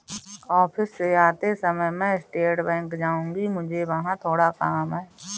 office से आते समय मैं स्टेट बैंक जाऊँगी, मुझे वहाँ थोड़ा काम है